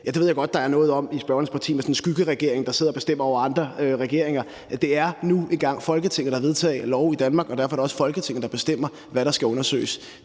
jeg ved godt, der er noget med det i spørgerens parti – skyggeregering, der sidder og bestemmer over andre regeringer. Det er nu engang Folketinget, der vedtager love i Danmark, og derfor er det også Folketinget, der bestemmer, hvad der skal undersøges.